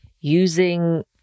using